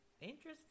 Interesting